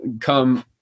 come